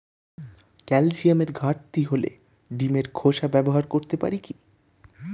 ক্যালসিয়ামের ঘাটতি হলে ডিমের খোসা ব্যবহার করতে পারি কি?